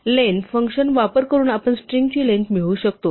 लेन function वापर करून आपण स्ट्रिंगची लेंग्थ मिळवू शकतो